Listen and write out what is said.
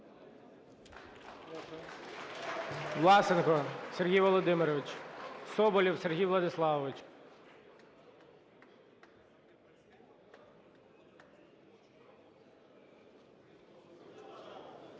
Власенко Сергій Володимирович. Соболєв Сергій Владиславович.